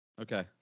Okay